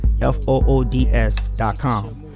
F-O-O-D-S.com